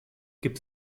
gibt